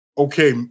Okay